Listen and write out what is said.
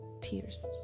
tears